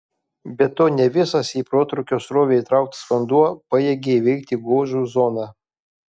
be to ne visas į protrūkio srovę įtrauktas vanduo pajėgia įveikti gožų zoną